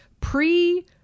pre